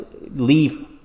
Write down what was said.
leave